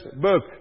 book